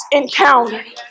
encountered